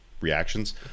reactions